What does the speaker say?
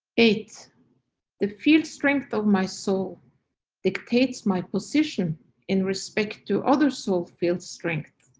eight the field-strength of my soul dictates my position in respect to, other souls field-strength